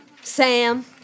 Sam